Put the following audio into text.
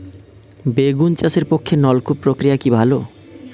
বেগুন চাষের পক্ষে নলকূপ প্রক্রিয়া কি ভালো?